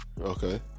Okay